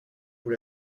vous